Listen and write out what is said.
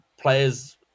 players